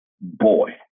boy